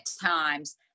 times